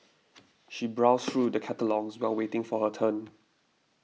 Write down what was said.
she browsed through the catalogues while waiting for her turn